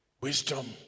Wisdom